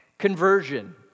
Conversion